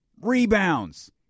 Rebounds